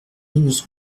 onze